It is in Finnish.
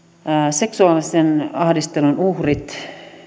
seksuaalisen ahdistelun uhrit